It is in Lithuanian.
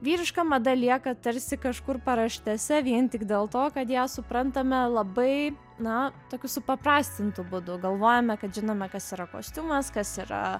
vyriška mada lieka tarsi kažkur paraštėse vien tik dėl to kad ją suprantame labai na tokiu supaprastintu būdu galvojame kad žinome kas yra kostiumas kas yra